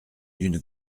d’une